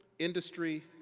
industry,